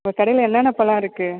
உங்கள் கடையில் என்னென்ன பழம் இருக்குது